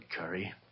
curry